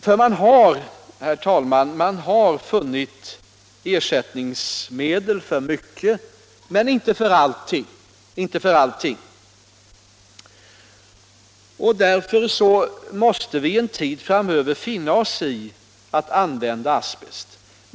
Man har, herr talman, funnit ersättningsmedel för mycket, men inte för allting. Därför måste vi en tid framöver finna oss i att använda asbest.